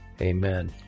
Amen